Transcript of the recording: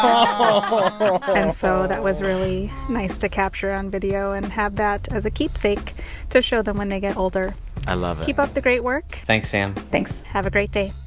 um and so that was really nice to capture on video and have that as a keepsake to show them when they get older i love it keep up the great work thanks, sam thanks have a great day.